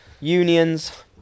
unions